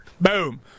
boom